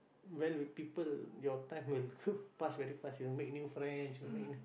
well with people your time will go pass very fast you'll make new friends you make new